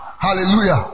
Hallelujah